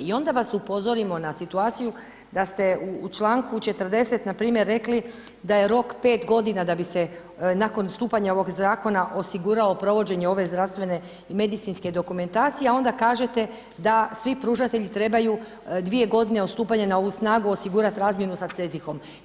I onda vas upozorimo na situaciju da ste u članku 40. npr. rekli da je rok 5 g. da bi se nakon stupanja ovog zakona osiguralo provođenje ove zdravstvene medicinske dokumentacije a onda kažete da svi pružatelji trebaju 2 g. od stupanja na ovu snagu osigurati razmjenu sa ...